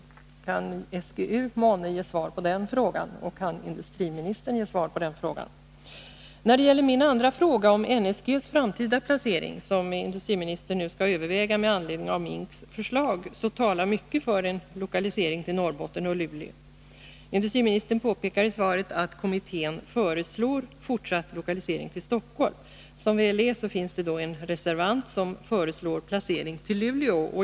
205 Kan SGU månne ge svar på den frågan, och kan industriministern ge svar på den? När det gäller min andra fråga om NSG:s framtida planering, som industriministern nu skall överväga med anledning av MINK:s förslag, talar mycket för en lokalisering till Norrbotten och Luleå. Industriministern påpekar i svaret att kommittén föreslår fortsatt lokalisering till Stockholm. Som väl är finns det en reservant, som föreslår placering till Luleå.